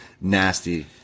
nasty